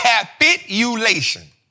Capitulation